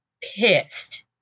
pissed